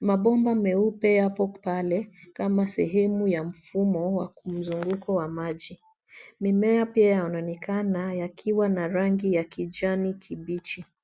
Mabomba meupe yapo pale kama sehemu ya mfumo wa mzunguko wa maji. Mimea pia yanaonekana yakiwa na rangi ya kijani kibichi.